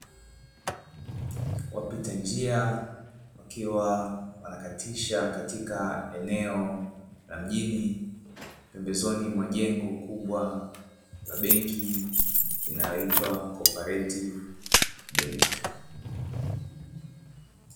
Wapita njia wakiwa wanakatisha katika eneo la mjini, mpembezoni mwa jengo kubwa la benki inayoitwa"Cooperative bank".